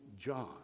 John